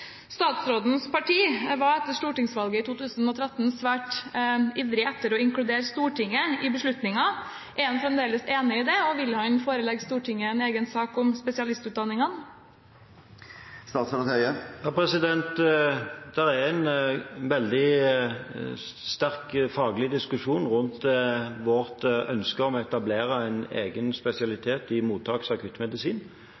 Statsrådens parti var etter stortingsvalget i 2013 svært ivrig etter å inkludere Stortinget i beslutninger. Er han fremdeles enig i det, og vil han forelegge Stortinget en egen sak om spesialistutdanningene? Det er en veldig sterk faglig diskusjon rundt vårt ønske om å etablere en egen spesialitet i mottaks- og akuttmedisin,